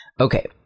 Okay